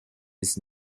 his